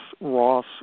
Ross